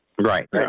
Right